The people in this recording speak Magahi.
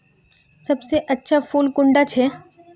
सबसे अच्छा फुल कुंडा छै?